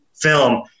film